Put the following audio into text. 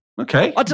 Okay